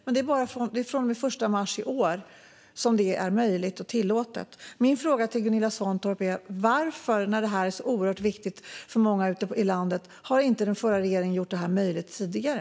Det ändrades på den förra regeringens initiativ, absolut, men min fråga till Gunilla Svantorp är varför detta som är så oerhört viktigt för många ute i landet inte gjordes tidigare.